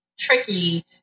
tricky